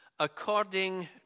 according